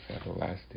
everlasting